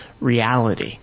reality